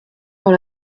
dans